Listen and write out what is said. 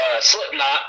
Slipknot